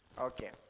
Okay